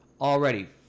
already